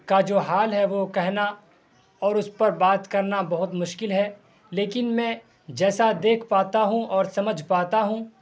کا جو حال ہے وہ کہنا اور اس پر بات کرنا بہت مشکل ہے لیکن میں جیسا دیکھ پاتا ہوں اور سمجھ پاتا ہوں